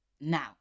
now